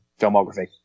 filmography